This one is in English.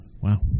Wow